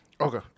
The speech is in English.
Okay